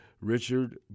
Richard